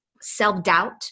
self-doubt